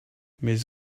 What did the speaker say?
mes